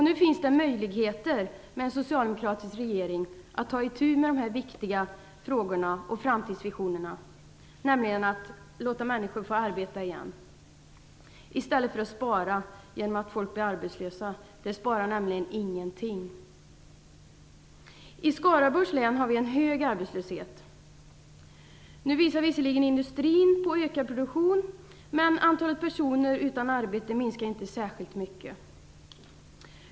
Nu finns det, med en socialdemokratisk regering, möjligheter att ta itu med de här viktiga frågorna och framtidsvisionerna, nämligen att låta människor få arbeta igen, i stället för att spara så att folk blir arbetslösa - det sparar nämligen ingenting. I Skaraborgs län har vi en hög arbetslöshet. Nu visar visserligen industrin på ökad produktion, men antalet personer utan arbete minskar inte särskilt mycket.